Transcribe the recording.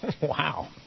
Wow